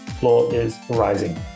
FloorIsRising